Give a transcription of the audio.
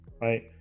Right